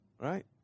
right